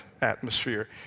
atmosphere